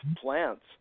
plants